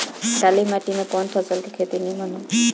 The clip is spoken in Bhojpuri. काली माटी में कवन फसल के खेती नीमन होई?